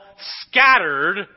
scattered